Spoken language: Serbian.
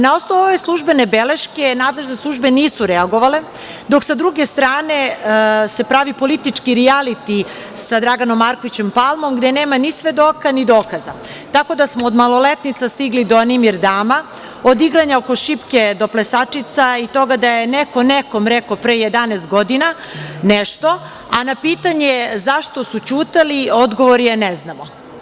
Na osnovu ove službene beleške nadležne službe nisu reagovale, dok sa druge strane se pravi politički rijaliti sa Draganom Markovićem Palmom, gde nema ni svedoka ni dokaza, tako da smo od maloletnica stigli do animir dama, od igranja oko šipke do plesačica i toga da je neko nekome rekao pre 11 godina nešto, a na pitanje zašto su ćutali, odgovor je – ne znamo.